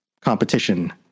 competition